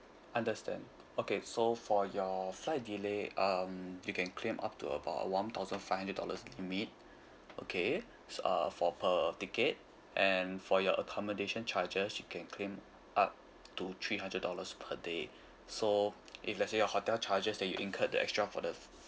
understand okay so for your flight delay um you can claim up to about one thousand five dollars limit okay uh for per ticket and for your accommodation charges you can claim up to three hundred dollars per day so if let say your hotel charges that you incurred the extra for the